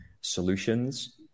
solutions